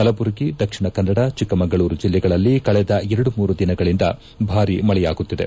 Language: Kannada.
ಕಲಬುರಗಿ ದಕ್ಷಿಣ ಕನ್ನಡ ಚಿಕ್ಕಮಗಳೂರು ಜಿಲ್ಲೆಗಳಲ್ಲಿ ಕಳೆದ ಎರಡು ಮೂರು ದಿನಗಳಿಂದ ಭಾರೀ ಮಳೆಯಾಗುತ್ತಿದೆ